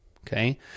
okay